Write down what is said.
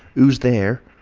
who's there?